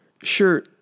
Sure